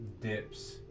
dips